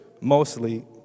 mostly